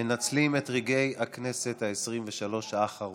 מנצלים את רגעי הכנסת העשרים-ושלוש האחרונים.